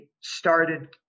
started